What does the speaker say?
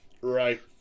Right